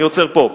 אני עוצר פה.